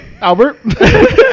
Albert